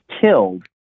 killed